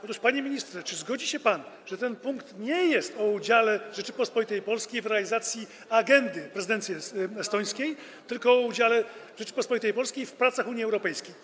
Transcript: Otóż, panie ministrze, czy zgodzi się pan, że ten punkt nie jest o udziale Rzeczypospolitej Polskiej w realizacji agendy prezydencji estońskiej, tylko o udziale Rzeczypospolitej Polskiej w pracach Unii Europejskiej?